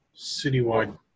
citywide